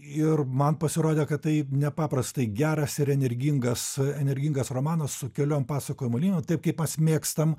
ir man pasirodė kad tai nepaprastai geras ir energingas energingas romanas su keliom pasakojimo linijom taip kaip mes mėgstam